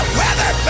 weather